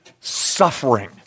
suffering